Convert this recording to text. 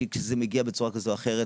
וזה מגיע בצורה כזו או אחרת,